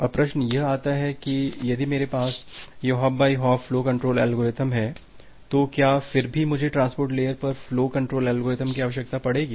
अब प्रश्न यह आता है यदि मेरे पास यह hop by hop flow control algorithm है तो क्या फिर भी मुझे ट्रांसपोर्ट लेयर पर फ्लो कंट्रोल एल्गोरिथ्म की आवश्यकता पड़ेगी